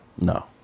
no